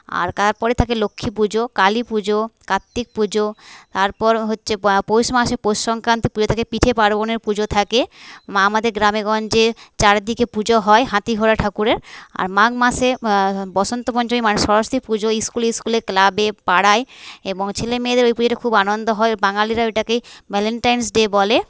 আর তারপরে থাকে লক্ষ্মী পুজো কালী পুজো কার্তিক পুজো তারপর হচ্ছে পৌষ মাসে পৌষ সংক্রান্তি পুজো থাকে পিঠে পার্বনের পুজো থাকে মা আমাদের গ্রামে গঞ্জে চারদিকে পুজো হয় হাতিঘোড়া ঠাকুরের আর মাঘ মাসে বসন্ত পঞ্চমী মানে সরস্বতী পুজো স্কুলে স্কুলে ক্লাবে পাড়ায় এবং ছেলেমেয়েদের ওই পুজোতে খুব আনন্দ হয় বাঙালিরা ওইটাকেই ভ্যালেন্টাইন্স ডে বলে